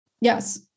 yes